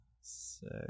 six